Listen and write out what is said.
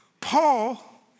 Paul